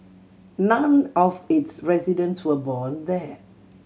none of its residents were born there